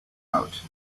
out